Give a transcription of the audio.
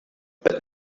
but